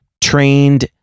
trained